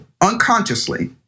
unconsciously